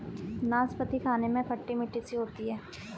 नाशपती खाने में खट्टी मिट्ठी सी होती है